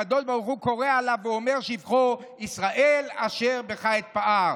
הקדוש ברוך הוא קורא לה ואומר שבחו: ישראל אשר בך אתפאר,